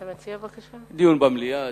אני מציע לקיים דיון במליאה.